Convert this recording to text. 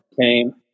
came